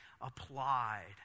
applied